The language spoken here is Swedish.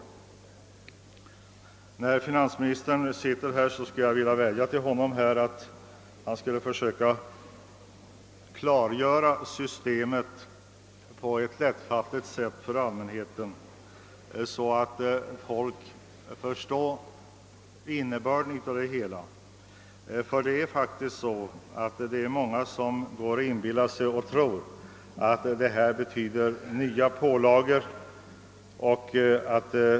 Eftersom finansministern sitter här i kammaren skulle jag vilja vädja till honom att han försöker klargöra systemet för allmänheten på ett lättfattligt sätt, så att folk förstår dess innebörd. Många inbillar sig faktiskt att detta system kommer att medföra nya pålagor.